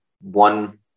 one